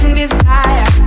desire